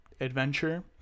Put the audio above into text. adventure